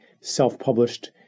self-published